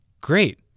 great